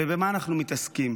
ובמה אנחנו מתעסקים?